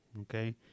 okay